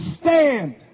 stand